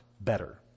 better